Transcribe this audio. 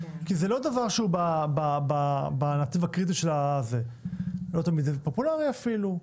כי זה לא דבר שהוא בנתיב הקריטי של ה לא תמיד זה פופולרי אפילו.